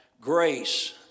grace